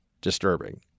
disturbing